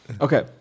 Okay